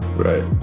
Right